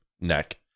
neck